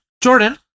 Jordan